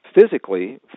physically